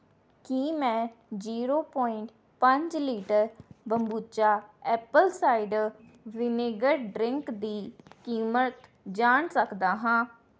ਕੀ ਮੈਂ zero point ਪੰਜ litre kombucha apple cider vinegar drink ਦੀ ਕੀਮਤ ਜਾਣ ਸਕਦਾ ਹਾਂ